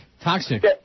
Toxic